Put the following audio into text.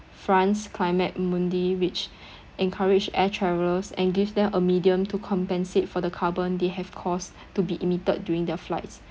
france climate mundi which encouraged air travellers and give them a medium to compensate for the carbon they have caused to be emitted during their flights